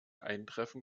eintreffen